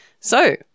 So-